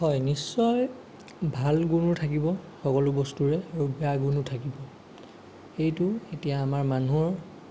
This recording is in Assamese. হয় নিশ্চয় ভাল গুণো থাকিব সকলো বস্তুৰে আৰু বেয়া গুণো থাকিব সেইটো এতিয়া আমাৰ মানুহৰ ওপৰত